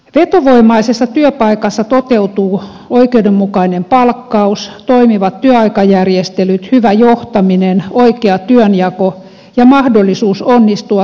vetovoimaisessa työpaikassa toteutuu oikeudenmukainen palkkaus toimivat työaikajärjestelyt hyvä johtaminen oikea työnjako ja mahdollisuus onnistua työtehtävissä